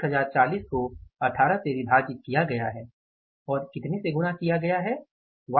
1040 को 18 से विभाजित किया गया है और कितने से गुणा किया गया है